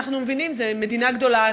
זו מדינה גדולה,